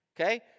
okay